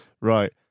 Right